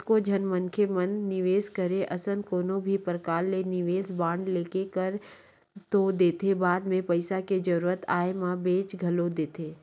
कतको झन मनखे मन निवेस करे असन कोनो भी परकार ले निवेस बांड लेके कर तो देथे बाद म पइसा के जरुरत आय म बेंच घलोक देथे